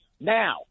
now